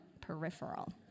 peripheral